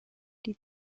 die